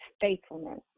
faithfulness